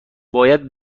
باید